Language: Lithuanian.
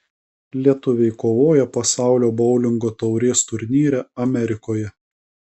lietuviai kovoja pasaulio boulingo taurės turnyre amerikoje